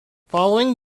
following